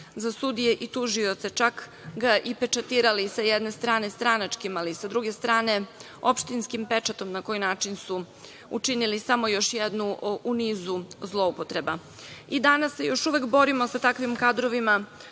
za sudije i tužioce, čak ga i pečatirali sa jedne strane stranačkim, ali sa druge strane opštinskim pečatom, na koji način su učinili samo još jednu u nizu zloupotreba. Danas je još uvek borimo sa takvim kadrovima,